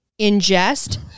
ingest